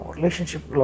Relationship